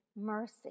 mercy